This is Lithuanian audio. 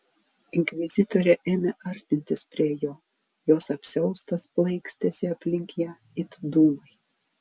inkvizitorė ėmė artintis prie jo jos apsiaustas plaikstėsi aplink ją it dūmai